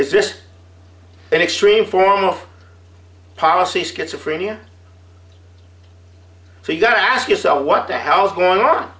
is this an extreme form of policy schizophrenia so you've got to ask yourself what the hell is going on